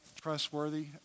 trustworthy